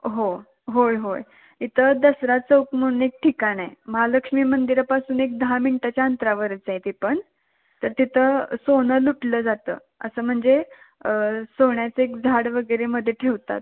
हो होय होय इथं दसरा चौक म्हणून एक ठिकाण आहे महालक्ष्मी मंदिरापासून एक दहा मिंटाच्या अंतरावरच आहे तेपण तर तिथं सोनं लुटलं जातं असं म्हणजे सोन्याचं एक झाड वगैरे मध्ये ठेवतात